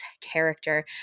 character